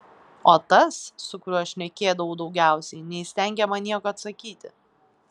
o tas su kuriuo šnekėdavau daugiausiai neįstengė man nieko atsakyti